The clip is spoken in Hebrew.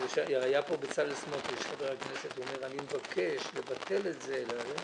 היה פה חבר הכנסת בצלאל סמוטריץ שאומר: אני מבקש לבטל את זה וכולי.